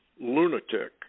lunatic